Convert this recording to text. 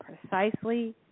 precisely